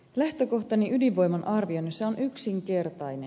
lähtökohtani ydinvoiman arvioinnissa on yksinkertainen